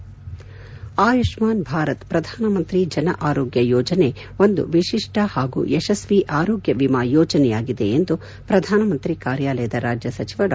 ಆಯುಷ್ಮಾನ್ ಭಾರತ್ ಪ್ರಧಾನಮಂತ್ರಿ ಜನ ಆರೋಗ್ಯ ಯೋಜನೆ ಒಂದು ವಿಶಿಷ್ಠ ಹಾಗೂ ಯಶಸ್ಲೀ ಆರೋಗ್ಯ ವಿಮಾ ಯೋಜನೆಯಾಗಿದೆ ಎಂದು ಪ್ರಧಾನಮಂತ್ರಿ ಕಾರ್ಯಾಲಯದ ರಾಜ್ಯ ಸಚಿವ ಡಾ